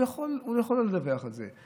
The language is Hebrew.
הוא יכול לא לדווח על זה.